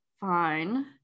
fine